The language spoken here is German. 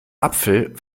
apfel